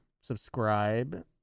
subscribe